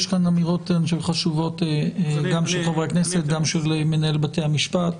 יש כאן אמירות חשובות גם של חברי הכנסת וגם של מנהל בתי המשפט.